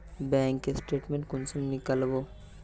Bank के statement कुंसम नीकलावो?